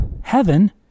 heaven